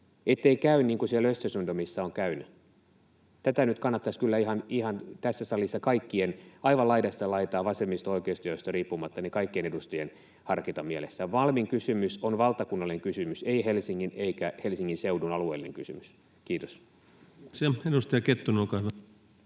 ettei käy niin kuin siellä Östersundomissa on käynyt? Tätä nyt kannattaisi kyllä tässä salissa ihan kaikkien aivan laidasta laitaan, vasemmisto—oikeisto-jaosta riippumatta, harkita mielessään. Malmin kysymys on valtakunnallinen kysymys, ei Helsingin eikä Helsingin seudun alueellinen kysymys. — Kiitos. [Speech 67] Speaker: